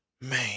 Man